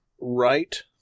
right